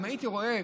אם הייתי רואה